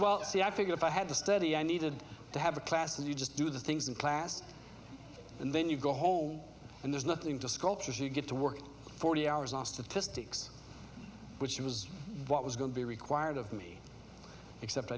well see i figure if i had to study i needed to have a class and you just do the things in class and then you go home and there's nothing to sculptures you get to work forty hours lost to to sticks which was what was going to be required of me except